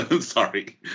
Sorry